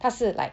她是 like